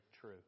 true